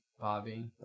Bobby